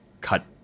cut